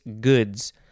goods